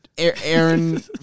Aaron